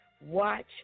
Watch